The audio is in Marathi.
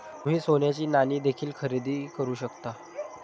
तुम्ही सोन्याची नाणी देखील खरेदी करू शकता